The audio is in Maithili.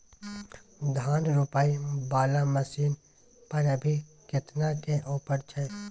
धान रोपय वाला मसीन पर अभी केतना के ऑफर छै?